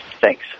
Thanks